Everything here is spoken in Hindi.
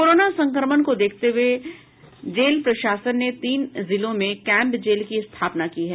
कोरोना संक्रमण को देखते हुए जेल प्रशासन ने तीन जिलों में कैम्प जेल की स्थापना की है